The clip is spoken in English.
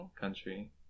country